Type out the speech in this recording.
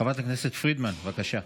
חברת הכנסת פרידמן, בבקשה.